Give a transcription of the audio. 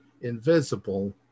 invisible